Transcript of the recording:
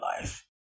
life